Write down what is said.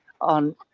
on